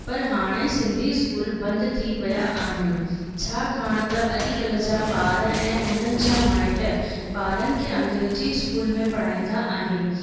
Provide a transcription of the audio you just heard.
पर हाणे सिंधी स्कूल बंद थी वया आहिनि छाकाणि त अॼुकल जा ॿार ऐं उनन जा माइट ॿारन खे अंग्रेजी में पढ़ाईंदा आहिन